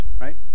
right